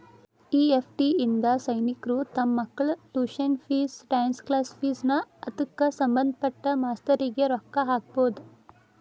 EFT ಇಂದಾ ಸೈನಿಕ್ರು ತಮ್ ಮಕ್ಳ tuition fees, dance class fees ನಾ ಅದ್ಕ ಸಭಂದ್ಪಟ್ಟ ಮಾಸ್ತರ್ರಿಗೆ ರೊಕ್ಕಾ ಹಾಕ್ಬೊದ್